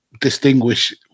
distinguish